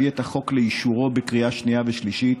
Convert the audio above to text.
את החוק לאישורו בקריאה שנייה ושלישית.